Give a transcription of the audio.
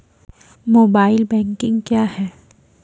Mobile banking क्या हैं?